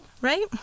Right